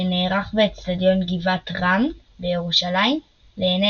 שנערך באצטדיון גבעת רם בירושלים לעיני